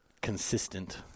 consistent